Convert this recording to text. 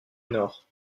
nord